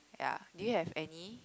ya do you have any